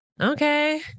okay